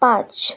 पाँच